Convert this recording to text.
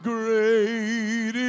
Great